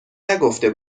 نگفته